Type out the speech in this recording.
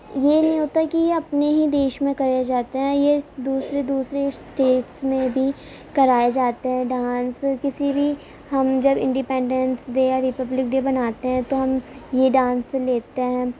یہ نہیں ہوتا ہے کہ یہ اپنے ہی دیش میں کرے جاتے ہیں یہ دوسرے دوسرے اسٹیٹس میں بھی کرائے جاتے ہیں ڈانس کسی بھی ہم جب انڈپینڈنس ڈے یا ریپبلک ڈے مناتے ہیں تو ہم یہ ڈانس لیتے ہیں